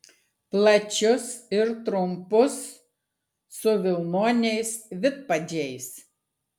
plačius ir trumpus su vilnoniais vidpadžiais